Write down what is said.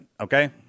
Okay